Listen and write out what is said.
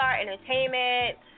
Entertainment